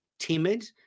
timid